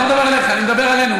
אני מדבר עלינו,